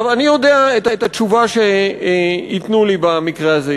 אני יודע את התשובה שייתנו לי במקרה הזה,